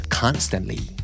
constantly